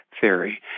theory